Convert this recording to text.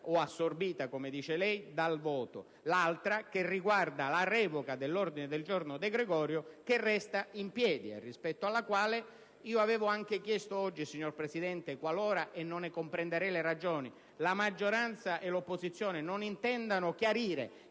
o assorbita - come dice lei - dal voto; l'altra, che riguarda la revoca dell'ordine del giorno De Gregorio che resta in piedi. Rispetto a quest'ultima, avevo chiesto anche oggi, signor Presidente, qualora - e non ne comprenderei le ragioni - la maggioranza e l'opposizione non intendessero chiarire